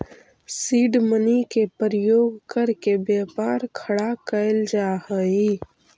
seed money के प्रयोग करके व्यापार खड़ा कैल जा हई